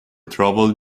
travel